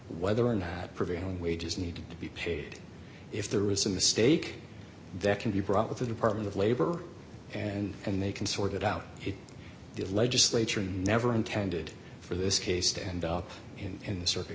whether or not that prevailing wages need to be paid if there is a mistake that can be brought with the department of labor and they can sort it out if the legislature never intended for this case to end up in the circuit